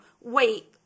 wait